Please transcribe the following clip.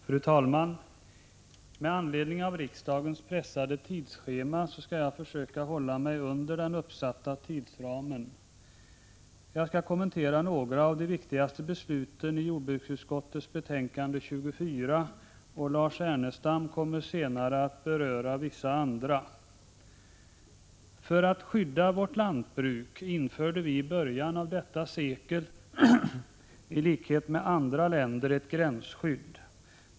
Fru talman! Med anledning av riksdagens pressade tidsschema skall jag försöka hålla mig under den uppsatta tidsramen. Jag skall kommentera några av de viktigaste besluten i jordbruksutskottets betänkande 24. Lars Ernestam kommer senare att beröra vissa andra. För att skydda vårt lantbruk införde vi i början av detta sekel i likhet med andra länder ett gränsskydd.